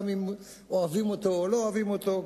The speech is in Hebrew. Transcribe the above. גם אם אוהבים אותו או לא אוהבים אותו,